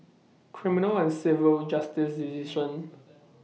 Civil and Criminal Justice Division